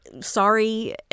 sorry